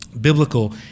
biblical